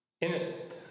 Innocent